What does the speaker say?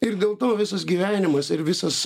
ir dėl to visas gyvenimas ir visas